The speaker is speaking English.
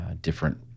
different